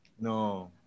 No